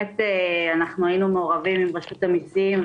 היינו מעורבים עם רשות המיסים,